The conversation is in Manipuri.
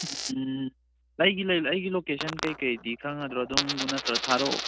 ꯎꯝ ꯑꯩꯒꯤ ꯂꯣꯀꯦꯁꯟ ꯀꯔꯤ ꯀꯔꯤꯗꯤ ꯈꯪꯂꯗ꯭ꯔꯣ ꯑꯗꯨ ꯅꯠꯇ꯭ꯔꯒ ꯊꯥꯔꯛꯑꯣꯔꯥ